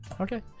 Okay